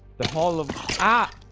the ball of ah,